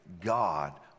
God